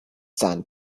sand